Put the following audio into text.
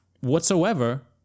whatsoever